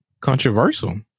controversial